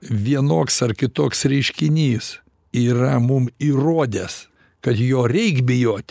vienoks ar kitoks reiškinys yra mum įrodęs kad jo reik bijot